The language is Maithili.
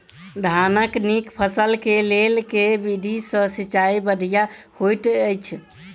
धानक नीक फसल केँ लेल केँ विधि सँ सिंचाई बढ़िया होइत अछि?